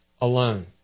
alone